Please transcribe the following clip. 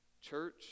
church